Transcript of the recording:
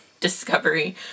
Discovery